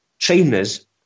trainers